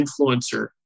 influencer